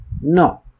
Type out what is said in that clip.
No